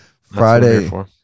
Friday